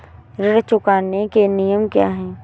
ऋण चुकाने के नियम क्या हैं?